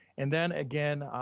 and then again,